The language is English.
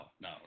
no